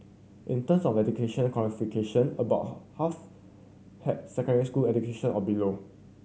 in terms of education qualification about half had secondary school education or below